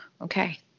okay